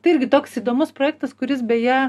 tai irgi toks įdomus projektas kuris beje